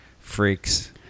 freaks